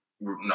No